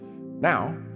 Now